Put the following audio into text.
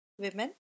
women